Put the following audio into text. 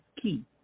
key